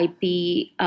IP